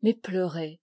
mais pleurer